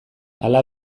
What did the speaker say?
hala